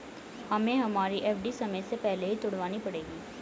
हमें हमारी एफ.डी समय से पहले ही तुड़वानी पड़ेगी